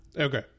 Okay